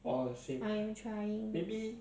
feeling 很累的